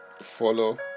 follow